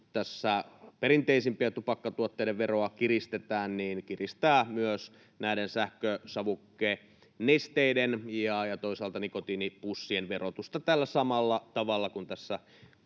perinteisempien tupakkatuotteiden veroa kiristetään, kiristää myös näiden sähkösavukenesteiden ja toisaalta nikotiinipussien verotusta tällä samalla tavalla kuin tässä